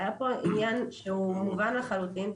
היה פה עניין שהוא מובן לחלוטין,